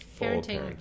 parenting